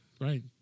right